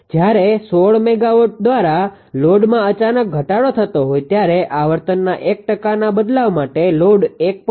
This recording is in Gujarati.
જ્યારે 16 મેગાવોટ દ્વારા લોડમાં અચાનક ઘટાડો થતો હોય ત્યારે આવર્તનના 1 ટકાના બદલાવ માટે લોડ 1